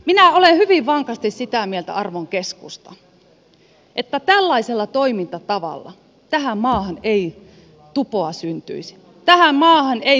minä olen hyvin vankasti sitä mieltä arvon keskusta että tällaisella toimintatavalla tähän maahan ei tupoa syntyisi tähän maahan ei työmarkkinaratkaisua syntyisi